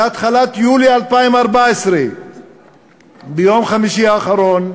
מתחילת יולי 2014. ביום חמישי האחרון,